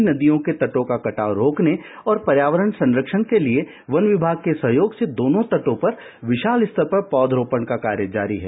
सुश्री पाल ने बताया कि नदियों के तटों का कटाव रोकने और पर्यावरण संरक्षण के लिए वन विभाग के सहयोग से दोनों तटों पर विषाल स्तर पर पौधरोपण का कार्य जारी है